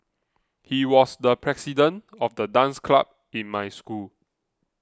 he was the president of the dance club in my school